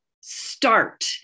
start